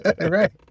Right